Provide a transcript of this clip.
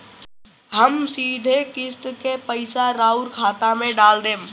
हम सीधे किस्त के पइसा राउर खाता में डाल देम?